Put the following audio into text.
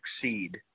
succeed